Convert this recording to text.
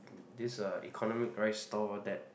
this uh economic rice stall that